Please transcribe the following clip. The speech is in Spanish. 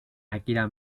akira